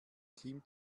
team